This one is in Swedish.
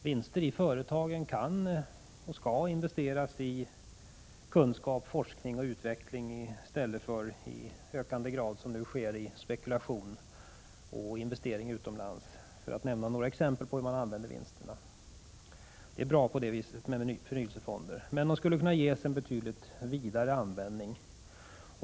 Vinster i företagen skall investeras i kunskap, forskning och utveckling i stället för i ökande grad i spekulation och investering utomlands, för att nämna några exempel på hur vinsterna används. Det är bra med förnyelsefonder, men de skulle kunna ges en betydligt vidare användning.